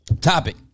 topic